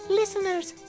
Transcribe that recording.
listeners